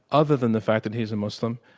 other than the fact that he's a muslim,